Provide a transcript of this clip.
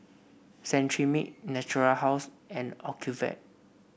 Cetrimide Natura House and Ocuvite